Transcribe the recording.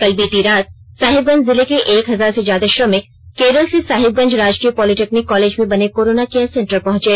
कल बीती रात साहिबगंज जिले के एक हजार से ज्यादा श्रमिक केरल से साहिबगंज राजकीय पॉलिटेक्निक कॉलेज में बने कोरोना केयर सेंटर पहंचे